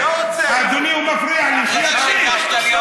הוא מפריע לי.